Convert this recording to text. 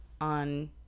On